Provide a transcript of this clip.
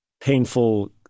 painful